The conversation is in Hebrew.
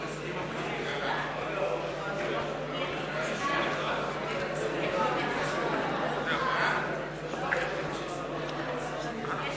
מסדר-היום את הצעת חוק שירות ביטחון (תיקון,